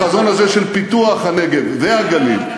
החזון הזה של פיתוח הנגב והגליל.